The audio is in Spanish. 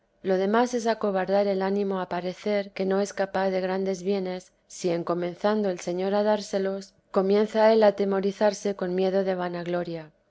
lo demás es acobardar el ánimo a parecer que no es capaz de grandes bienes si en comenzando el señor a dárselos comienza él a atemorizarse con miedo de vanagloria